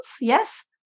yes